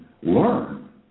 learn